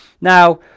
Now